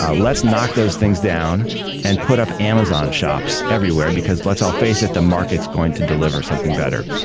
ah let's knock those things down and put up amazon shops everywhere because let's all face it, the market's going to deliver something better.